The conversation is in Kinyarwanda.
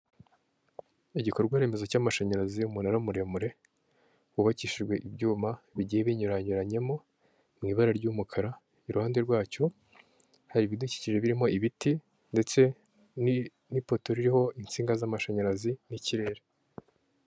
Igikorwa remezo cy'amashanyarazi y'umunara muremure wubakishijwe ibyuma bigiye binyuranyuranyemo mu ibara ry'umukara, iruhande rwacyo hari ibidukikije birimo ibiti ndetse n'ipoto ririho insinga z'amashanyarazi n'ikirere.